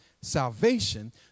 salvation